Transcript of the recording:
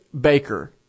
baker